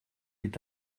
est